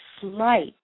slight